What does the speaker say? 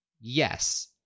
Yes